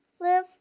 live